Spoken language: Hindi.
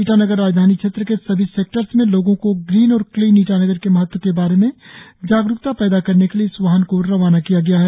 ईटानगर राजधानी क्षेत्र के सभी सेक्टर्स में लोगों को ग्रीन और क्लीन ईटानगर के महत्व के बारे में जागरुकता पैदा करने के लिए इस वाहन को रवाना किया गया है